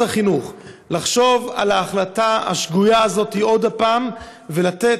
החינוך לחשוב על ההחלטה השגויה הזאת עוד פעם ולתת